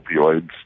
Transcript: opioids